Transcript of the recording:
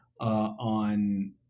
on